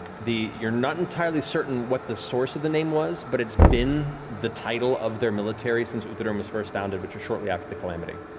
you're not entirely certain what the source of the name was, but it's been the title of their military since uthodurn was first founded, which was shortly after the calamity.